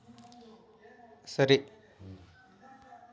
Sir ನನ್ನ ಸಾಲದ ಕಂತನ್ನು ನನ್ನ ಮಗನ ಅಕೌಂಟ್ ನಿಂದ ಹಾಕಬೇಕ್ರಿ?